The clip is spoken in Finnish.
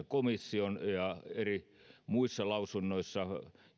komission ja muissa eri lausunnoissa